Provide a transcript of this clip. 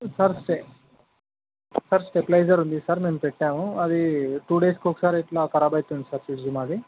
sir sir stabiliser ఉంది sir మేము పెట్టాము అది టూ డేస్కు ఒకసారి ఇట్లా కరాబ్ అయితుంది సార్ ఫ్రిడ్జు మాది